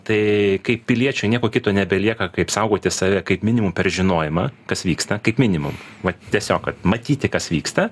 tai kaip piliečiui nieko kito nebelieka kaip saugoti save kaip minimum per žinojimą kas vyksta kaip minimum vat tiesiog matyti kas vyksta